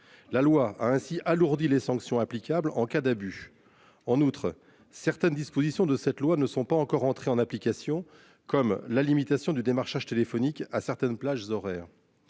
La loi a ainsi alourdi les sanctions applicables en cas d'abus. En outre, certaines dispositions de cette loi, ne sont pas encore entrée en application, comme la limitation du démarchage téléphonique à certaines plages horaires.